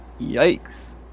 Yikes